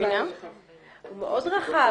אבל הוא מאוד רחב.